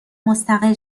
مستقل